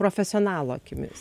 profesionalo akimis